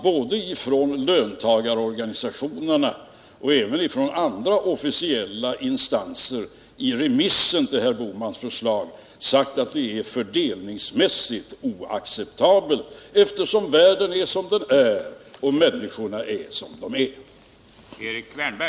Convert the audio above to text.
Både löntagarorganisationerna och andra instanser har sagt vid remissbehandlingen av herr Bohmans förslag att det är fördelningsmässigt oacceptabelt, eftersom världen är som den är och människorna är som de är.